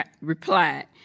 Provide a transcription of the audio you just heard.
replied